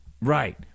Right